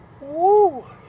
Woo